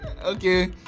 okay